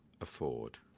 afford